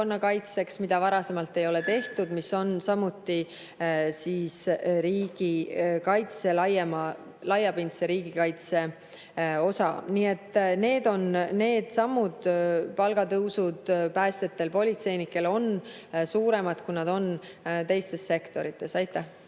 mida varasemalt ei ole tehtud, aga mis on samuti laiapindse riigikaitse osa. Nii et need on need sammud. Palgatõusud päästjatel ja politseinikel on suuremad, kui nad on teistes sektorites. Aitäh!